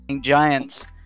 Giants